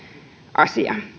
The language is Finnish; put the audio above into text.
asia